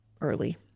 early